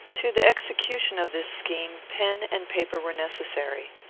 to the execution of this scheme pen and paper were necessary.